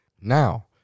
Now